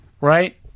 right